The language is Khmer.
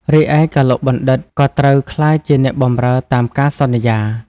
រីឯ កឡុកបណ្ឌិត្យ ក៏ត្រូវក្លាយជាអ្នកបម្រើតាមការសន្យា ។